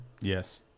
Yes